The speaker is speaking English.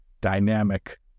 dynamic